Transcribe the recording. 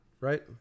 right